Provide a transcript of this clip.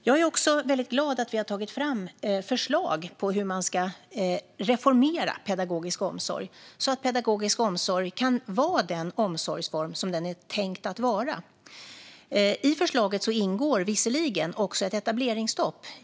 Jag är också väldigt glad över att vi har tagit fram förslag på hur man ska reformera pedagogisk omsorg så att pedagogisk omsorg kan vara den omsorgsform som den är tänkt att vara. I förslaget ingår visserligen också ett etableringsstopp.